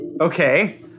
Okay